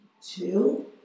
Two